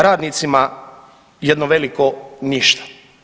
Radnicima jedno veliko ništa!